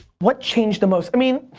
what changed the most. i mean,